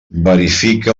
verifica